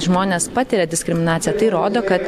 žmonės patiria diskriminaciją tai rodo kad